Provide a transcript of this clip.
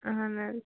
اَہَن حظ